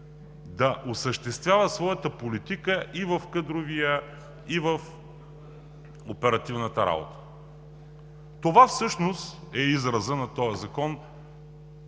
да осъществява своята политика в кадровата и оперативната работа. Това всъщност е изразът на този закон